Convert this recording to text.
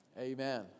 Amen